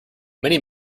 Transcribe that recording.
many